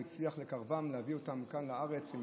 הוא הצליח לקרבם ולהביא אותם כאן לארץ.